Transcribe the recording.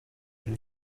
iri